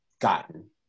gotten